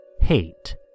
hate